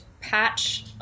patch